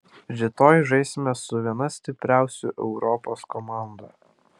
rytoj žaisime su viena stipriausių europos komandų